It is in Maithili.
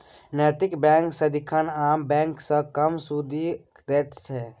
नैतिक बैंक सदिखन आम बैंक सँ कम सुदि दैत छै